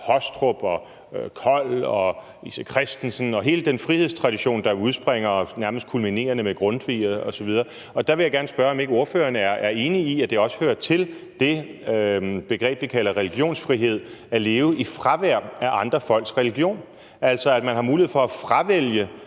Hostrup, Kold og J.C. Christensen og hele den frihedstradition, der udspringer af og nærmest kulminerer med Grundtvig osv. Og der vil jeg gerne spørge, om ikke ordføreren er enig i, at det også hører til det begreb, som vi kalder religionsfrihed, at leve i fravær af andre folks religion, altså at man har mulighed for at fravælge